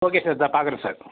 okay sir இதோ பார்க்கறேன் sir